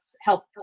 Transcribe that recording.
help